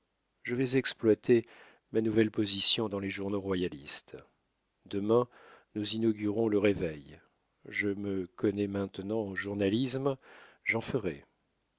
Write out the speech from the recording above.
je vais exploiter ma nouvelle position dans les journaux royalistes demain nous inaugurons le réveil je me connais maintenant en journalisme j'en ferai